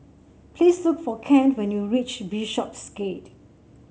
please look for Kent when you reach Bishopsgate